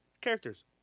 characters